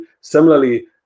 Similarly